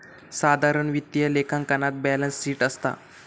साधारण वित्तीय लेखांकनात बॅलेंस शीट असता